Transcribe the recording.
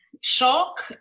shock